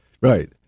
right